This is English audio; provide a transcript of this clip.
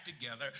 together